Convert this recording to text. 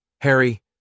Harry